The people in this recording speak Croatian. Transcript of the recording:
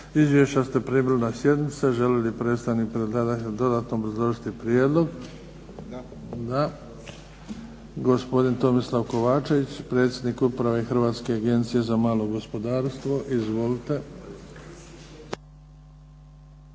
Izvješća ste primili na sjednici. Želi li predstavnik predlagatelja dodatno obrazložiti prijedlog? Da. Gospodin Tomislav Kovačević predsjednik Uprave Hrvatske agencije za malo gospodarstvo. Izvolite.